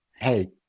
hey